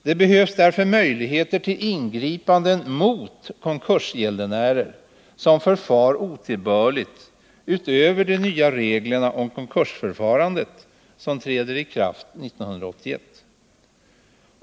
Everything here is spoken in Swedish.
Det behövs därför möjligheter till ingripanden mot konkursgäldenärer som förfar otillbörligt utöver de nya regler om konkursförfarandet som träder i kraft 1981.